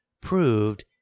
proved